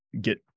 get